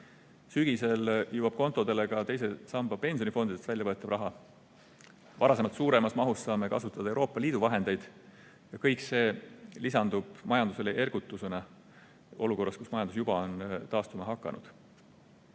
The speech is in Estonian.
Sügisel jõuab kontodele ka teise samba pensionifondidest välja võetav raha. Varasemast suuremas mahus saame kasutada Euroopa Liidu vahendeid. Kõik see lisandub majandusele ergutusena olukorras, kus majandus on juba taastuma hakanud.